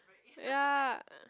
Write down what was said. ya